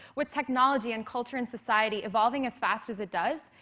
with technology and culture and society evolving as fast as it does,